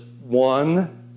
one